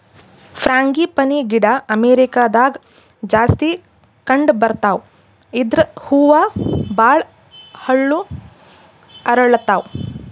frangipani ಗಿಡ ಅಮೇರಿಕಾದಾಗ್ ಜಾಸ್ತಿ ಕಂಡಬರ್ತಾವ್ ಇದ್ರ್ ಹೂವ ಭಾಳ್ ಹಳ್ಳು ಅರಳತಾವ್